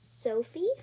Sophie